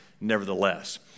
nevertheless